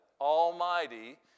Almighty